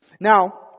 Now